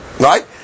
Right